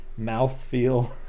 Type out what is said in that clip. mouthfeel